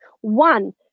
One